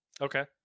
Okay